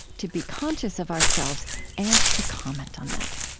to be conscious of ourselves and to comment on that.